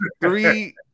three